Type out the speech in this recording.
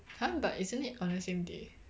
!huh! but isn't it on the same day